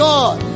God